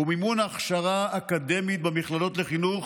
מימון הכשרה אקדמית במכללות לחינוך